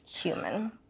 Human